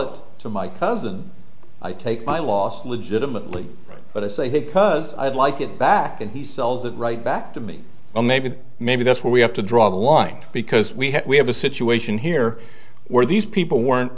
it to my cousin i take my last legitimately but it's a hit because i'd like it back and he sells it right back to me and maybe maybe that's where we have to draw the line because we have we have a situation here where these people weren't